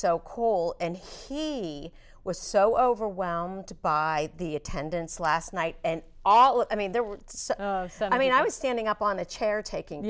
so cold and he was so overwhelmed by the attendance last night and all i mean there were i mean i was standing up on the chair taking